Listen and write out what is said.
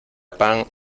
pan